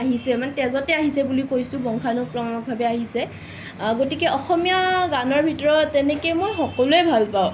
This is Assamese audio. আহিছে মানে তেজতে আহিছে বুলি কৈছোঁ বংশানুক্ৰমভাৱে আহিছে গতিকে অসমীয়া গানৰ ভিতৰত তেনেকৈ মই সকলোৱেই ভাল পাওঁ